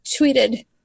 tweeted